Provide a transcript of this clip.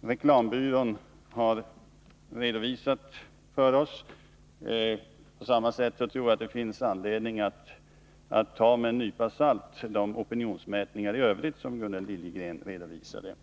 reklambyrån har redovisat för oss. På samma sätt tror jag det finns anledning att med en nypa salt ta de opinionsmätningar i övrigt som Gunnel Liljegren redovisade.